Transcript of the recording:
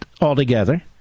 altogether